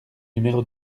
numéro